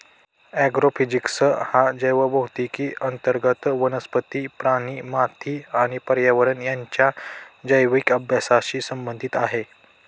agrophysics हा जैवभौतिकी अंतर्गत वनस्पती, प्राणी, माती आणि पर्यावरण यांच्या जैविक अभ्यासाशी संबंधित आहे